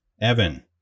Evan